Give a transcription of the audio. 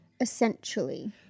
Essentially